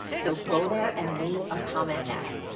so go there and leave a comment now.